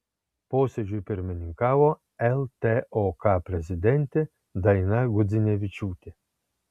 posėdžiui pirmininkavo ltok prezidentė daina gudzinevičiūtė